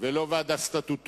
ולא ועדה סטטוטורית,